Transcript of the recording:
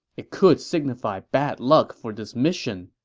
it could signify bad luck for this mission.